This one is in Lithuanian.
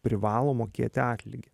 privalo mokėti atlygį